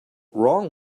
wrong